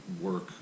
work